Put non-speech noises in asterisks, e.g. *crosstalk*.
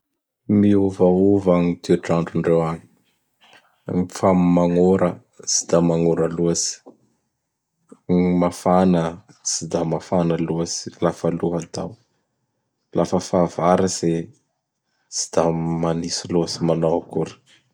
*noise* Miovaova gn toetr'androndreo agny. Gn fa magnora tsy da magnora lôtsy. *noise* Gn mafana tsy da mafana loatsy lafa lohatao. Lafa fahavaratsy tsy da manitsy lôtsy *noise* manao *noise* akory. *noise*